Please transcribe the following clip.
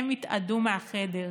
הם התאדו מהחדר.